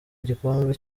igikombe